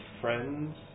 friends